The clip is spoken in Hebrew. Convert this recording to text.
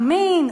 אמין,